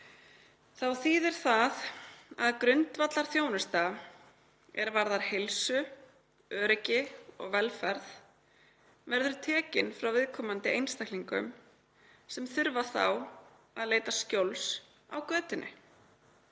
þá þýðir það að grundvallarþjónusta er varðar heilsu, öryggi og velferð verður tekin frá viðkomandi einstaklingum sem þurfa þá að leita skjóls á götunni,